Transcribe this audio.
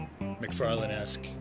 McFarlane-esque